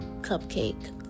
Cupcake